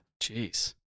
Jeez